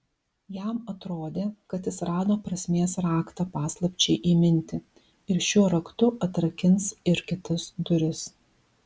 jam atrodė kad jis rado prasmės raktą paslapčiai įminti ir šiuo raktu atrakins ir kitas duris